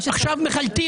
עכשיו מחלטים.